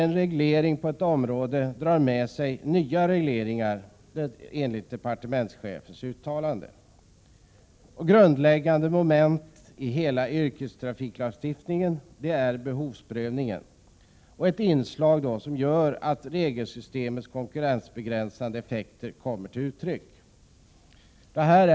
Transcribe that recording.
En reglering på ett område drar med sig nya regleringar, heter det vidare i departementschefens uttalande. Ett grundläggande inslag i hela yrkestrafiklagstiftningen är behovsprövningen, som gör att regelsystemets konkurrensbegränsande effekter kommer till uttryck. Herr talman!